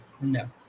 no